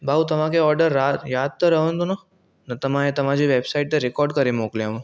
भाउ तव्हांखे ऑर्डरु यादि त रहंदो न न त मां तव्हांजे वेबसाइट ते रिकोड करे मोकिलियांव